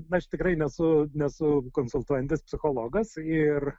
aš tikrai nesu nesu konsultuojantis psichologas ir